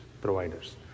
providers